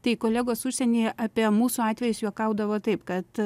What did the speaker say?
tai kolegos užsienyje apie mūsų atvejus juokaudavo taip kad